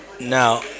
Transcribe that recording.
now